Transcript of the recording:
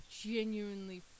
genuinely